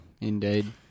indeed